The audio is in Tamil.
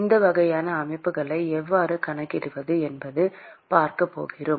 இந்த வகையான அமைப்புகளை எவ்வாறு கணக்கிடுவது என்பதை நாம் பார்க்கப் போகிறோம்